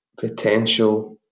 potential